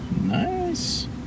nice